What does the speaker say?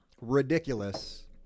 ridiculous